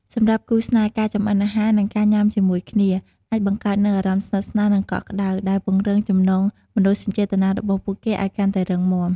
សម្រាប់គូស្នេហ៍ ការចម្អិនអាហារ និងការញ៉ាំជាមួយគ្នា អាចបង្កើតនូវអារម្មណ៍ស្និទ្ធស្នាល និងកក់ក្តៅ ដែលពង្រឹងចំណងមនោសញ្ចេតនារបស់ពួកគេឱ្យកាន់តែរឹងមាំ។